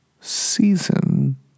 season